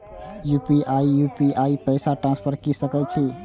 UPI से UPI पैसा transfer की सके छी?